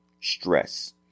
stress